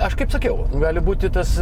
aš kaip sakiau gali būti tas